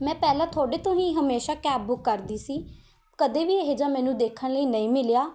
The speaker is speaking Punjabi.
ਮੈਂ ਪਹਿਲਾਂ ਤੁਹਾਡੇ ਤੋਂ ਹੀ ਹਮੇਸ਼ਾ ਕੈਬ ਬੁੱਕ ਕਰਦੀ ਸੀ ਕਦੇ ਵੀ ਇਹੋ ਜਿਹਾ ਮੈਨੂੰ ਦੇਖਣ ਲਈ ਨਹੀਂ ਮਿਲਿਆ